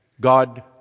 God